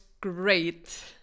great